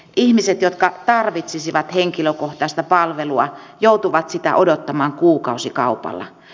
ihmiset jotka tarvitsisivat henkilökohtaista palvelua joutuvat sitä odottamaan kuukausikaupalla